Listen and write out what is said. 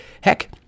Heck